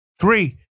Three